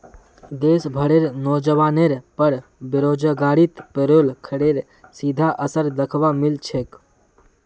देश भरेर नोजवानेर पर बेरोजगारीत पेरोल करेर सीधा असर दख्वा मिल छेक